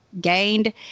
gained